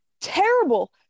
terrible